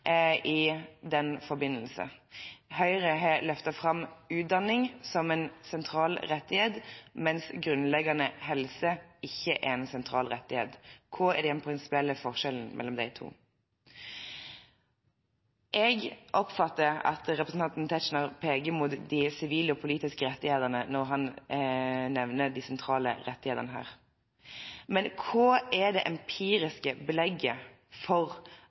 i den forbindelse? Høyre har løftet fram utdanning som en sentral rettighet, mens grunnleggende helse ikke er en sentral rettighet. Hva er den prinsipielle forskjellen mellom de to? Jeg oppfatter at representanten Tetzschner peker mot de sivile og politiske rettighetene når han nevner de sentrale rettighetene her. Men hva er det empiriske belegget for